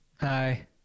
Hi